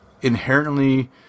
inherently